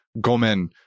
Gomen